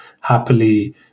happily